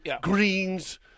greens